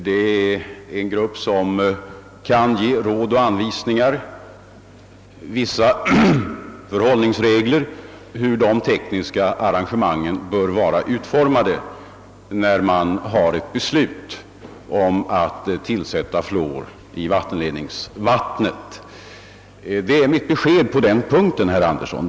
Denna grupp kan ge råd och anvisningar och lämna vissa förhållningsregler beträffande hur de tekniska arrangemangen bör vara utformade när det blir fråga om att tillsätta fluor i vattenledningsvattnet. Detta är mitt besked på den punkten, herr Andersson.